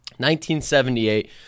1978